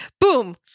Boom